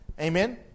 Amen